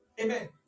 Amen